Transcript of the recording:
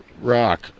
rock